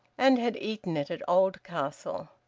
and had eaten it at oldcastle.